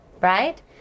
Right